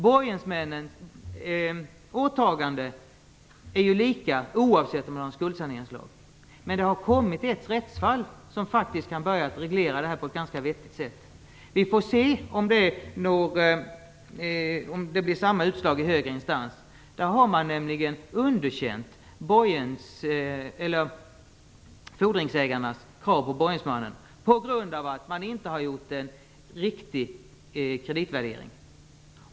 Borgensmännens åtaganden är lika oavsett om man har en skuldsaneringslag eller inte. Det finns dock ett rättsfall som visar att det här faktiskt kan börja regleras på ett ganska vettigt sätt. Vi får se om det blir samma utslag i högre instans. Man har nämligen underkänt fordringsägarnas krav på borgensmannen, på grund av att det inte har gjorts en riktig kreditvärdering.